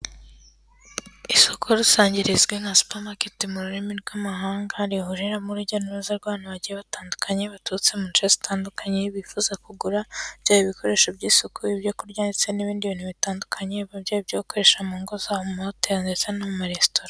Isoko rusange rizwi nka supa maketi mu rurimi rw'amahanga, rihuriramo urujya n'uruza rw'abantu bagiye batandukanye baturutse munce zitandukanye, bifuza kugura byaba ibikoresho by'isuku ibyo kurya ndetse n'ibindi bintu bitandukanye byaba ibyo gukoresha mu ngo zabo mu mahoteri ndetse no mu ma resitora.